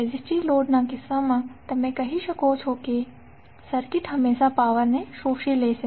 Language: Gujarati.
રેઝિસ્ટીવ લોડ ના કિસ્સામાં તમે કહી શકો છો કે સર્કિટ હંમેશા પાવર ને શોષી લેશે